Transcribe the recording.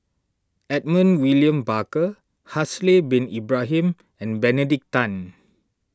Edmund William Barker Haslir Bin Ibrahim and Benedict Tan